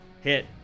hit